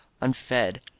unfed